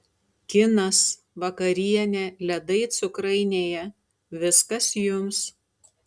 kinas vakarienė ledai cukrainėje viskas jums